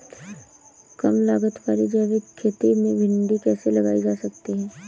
कम लागत वाली जैविक खेती में भिंडी कैसे लगाई जा सकती है?